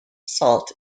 salt